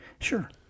Sure